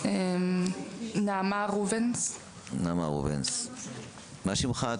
מה שמך?